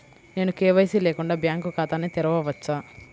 నేను కే.వై.సి లేకుండా బ్యాంక్ ఖాతాను తెరవవచ్చా?